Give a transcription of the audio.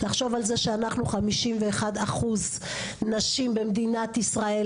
לחשוב על זה שאנחנו 51 אחוז נשים במדינת ישראל,